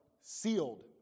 sealed